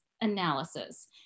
analysis